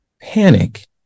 panic